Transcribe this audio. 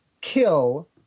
kill